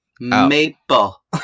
Maple